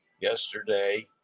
yesterday